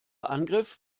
angriff